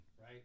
Right